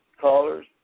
Callers